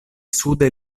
sude